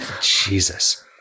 Jesus